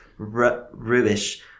rubbish